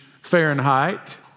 Fahrenheit